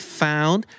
found